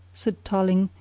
said tarling,